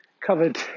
covered